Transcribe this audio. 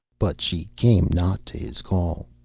but she came not to his call,